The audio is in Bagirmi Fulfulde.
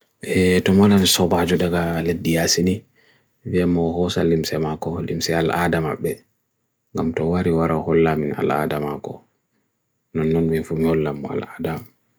Ñaɓɓirɗi no ɗuum waɗi hulaandi nde hayre mbandi, waɗɗiɗa no laawol ɗum fuu.